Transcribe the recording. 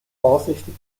vorsichtig